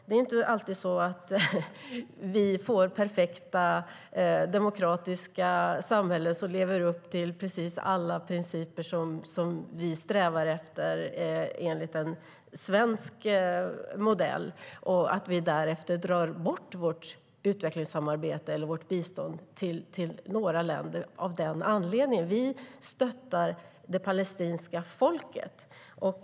Det är inte alltid så att vi får perfekta demokratiska samhällen som lever upp till precis alla principer som vi strävar efter enligt en svensk modell och att vi därför drar bort vårt utvecklingssamarbete eller bistånd till några länder av den anledningen. Vi stöttar det palestinska folket.